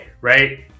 right